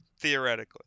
Theoretically